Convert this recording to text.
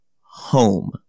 home